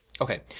Okay